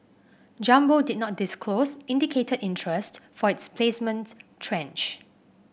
jumbo did not disclose indicated interest for its placement tranche